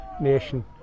nation